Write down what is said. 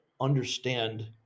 understand